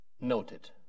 noted